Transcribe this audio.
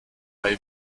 bei